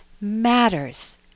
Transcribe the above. matters